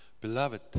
Beloved